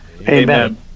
Amen